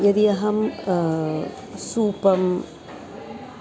यदि अहं सूपम्